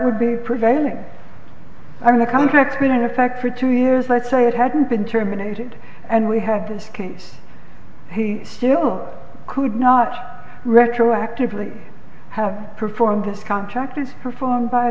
would be preventing i mean the contract been in effect for two years i say it hadn't been terminated and we have this case he still could not retroactively have performed this contract is performed by